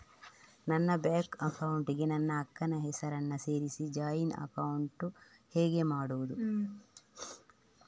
ನನ್ನ bank account ಗೆ ನನ್ನ ಅಕ್ಕ ನ ಹೆಸರನ್ನ ಸೇರಿಸಿ ಜಾಯಿನ್ ಅಕೌಂಟ್ ಹೇಗೆ ಮಾಡುದು?